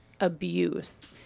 abuse